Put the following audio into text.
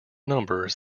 numbers